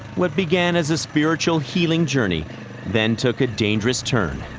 what began as a spiritual healing journey then took a dangerous turn.